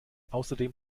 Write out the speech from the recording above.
außerdem